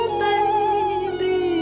baby